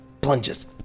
plunges